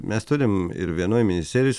mes turim ir vienoj ministerijos